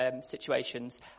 situations